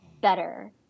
better